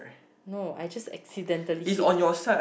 no I just accidentally hit it